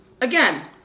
Again